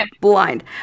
blind